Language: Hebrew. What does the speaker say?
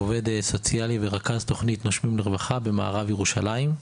אני עובד סוציאלי ורכז תכנית "נושמים לרווחה" במערב ירושלים.